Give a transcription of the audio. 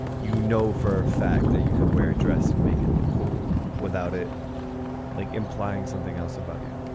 you know, for a fact that you could wear a dress and make it look cool without it like implying something else about you